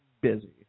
busy